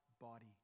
body